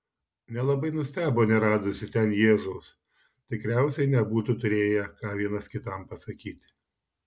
nelabai nustebo neradusi ten jėzaus tikriausiai nebūtų turėję ką vienas kitam pasakyti